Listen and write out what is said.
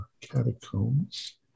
catacombs